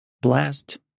blessed